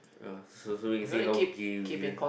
uh so so we can see how gay we are